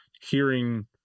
hearing